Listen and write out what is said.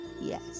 yes